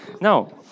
Now